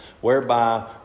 whereby